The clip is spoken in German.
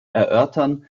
erörtern